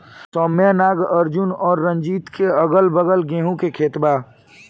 सौम्या नागार्जुन और रंजीत के अगलाबगल गेंहू के खेत बा